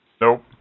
Nope